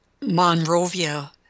Monrovia